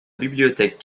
bibliothèque